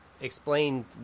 Explain